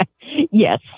Yes